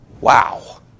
Wow